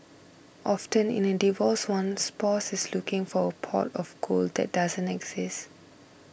often in a divorce one spouse is looking for a pot of gold that doesn't exist